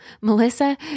Melissa